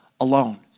alone